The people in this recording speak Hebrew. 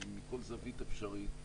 מכל זווית אפשרית,